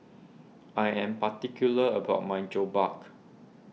I am particular about my